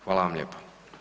Hvala vam lijepo.